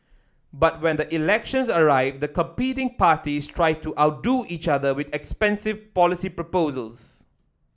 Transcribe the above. but when the elections arrived the competing parties tried to outdo each other with expensive policy proposals